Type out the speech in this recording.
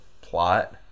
plot